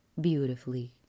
beautifully